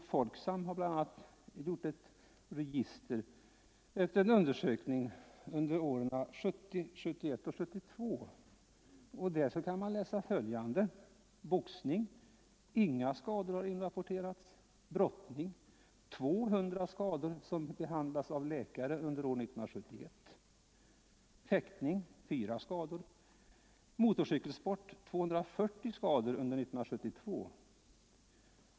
a. Folksam har upprättat ett register efter en undersökning som omfattar åren 1970, 1971 och 1972. Av den framgår följande: Boxning: Inga skador har inrapporterats.